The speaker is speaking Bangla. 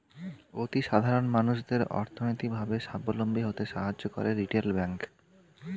অতি সাধারণ মানুষদের অর্থনৈতিক ভাবে সাবলম্বী হতে সাহায্য করে রিটেল ব্যাংক